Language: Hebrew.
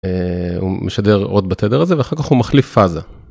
אה... הוא משדר עוד בתדר הזה, ואחר כך הוא מחליף פאזה.